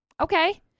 Okay